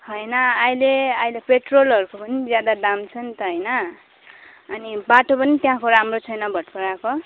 होइन अहिले अहिले पेट्रोलहरूको पनि ज्यादा दाम छ नि त होइन अनि बाटो पनि त्यहाँको राम्रो छैन भातपाडाको